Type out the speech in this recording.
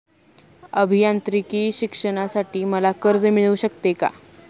अभियांत्रिकी शिक्षणासाठी मला कर्ज मिळू शकते का?